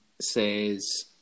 says